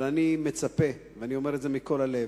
אבל אני מצפה, ואני אומר את זה מכל הלב,